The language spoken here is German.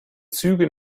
züge